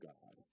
God